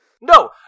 No